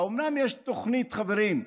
האומנם יש תוכנית, חברים?